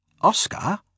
Oscar